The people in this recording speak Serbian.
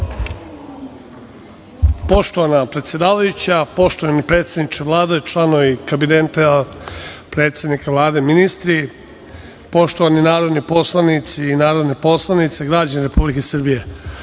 Poštovana predsedavajuća, poštovani predsedniče Vlade i članovi kabineta predsednika Vlade, ministri, poštovani narodni poslanici i narodne poslanice, građani Republike Srbije,